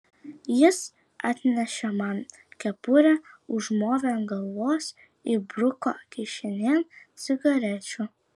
jis atnešė man kepurę užmovė ant galvos įbruko kišenėn cigarečių